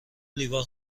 لیوان